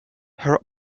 her